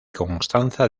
constanza